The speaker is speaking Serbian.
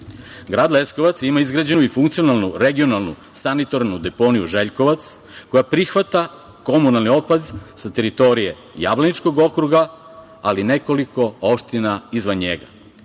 Grad Leskovac ima izgrađenu i funkcionalnu, regionalnu, sanitarnu deponiju Željkovac koja prihvata komunalni otpad sa teritorije Jablaničkog okruga, ali i nekoliko opština izvan njega. Na